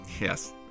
Yes